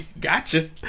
Gotcha